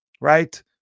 right